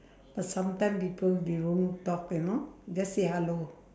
but sometimes people they don't talk you know just say hello